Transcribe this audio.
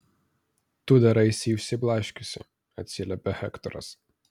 tu daraisi išsiblaškiusi atsiliepia hektoras